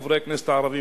חברי הכנסת הערבים,